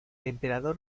emperador